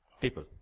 people